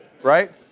right